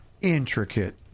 intricate